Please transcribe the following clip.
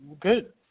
good